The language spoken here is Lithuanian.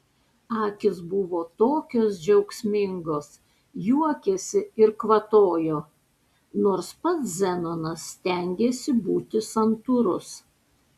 akys buvo tokios džiaugsmingos juokėsi ir kvatojo nors pats zenonas stengėsi būti santūrus